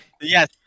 Yes